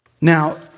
Now